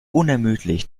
unermüdlich